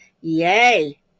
Yay